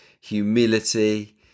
humility